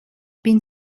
been